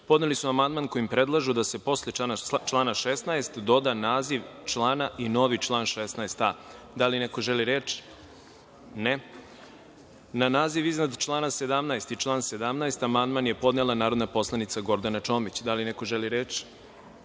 podneli su amandman kojim predlažu da se posle člana 16. doda naziv člana i novi član 16a.Da li neko želi reč? (Ne)Na naziv iznad člana 17. i član 17. amandman je podnela narodna poslanica Gordana Čomić. Da li neko želi reč?